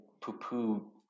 poo-poo